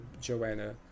joanna